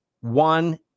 one